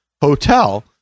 hotel